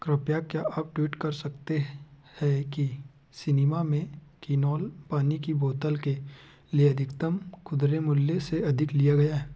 कृपया क्या आप ट्वीट कर सकते हैं कि सिनिमा में किनोल पानी की बोतल के लिए अधिकतम खुदरे मूल्य से अधिक लिया गया है